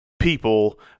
people